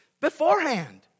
beforehand